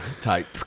type